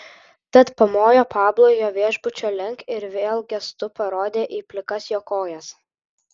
tad pamojo pablui jo viešbučio link ir vėl gestu parodė į plikas jo kojas